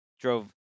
drove